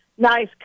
Nice